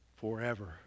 forever